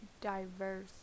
diverse